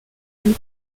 and